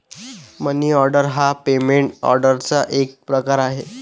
मनी order हा payment ऑर्डरचा एक प्रकार आहे